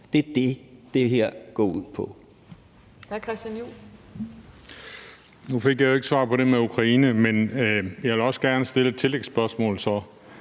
Det er det, det her går ud på.